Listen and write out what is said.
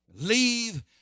Leave